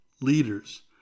leaders